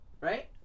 Right